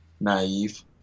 naive